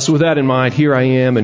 so with that in mind here i am and